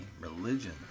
Religion